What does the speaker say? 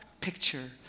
picture